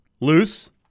loose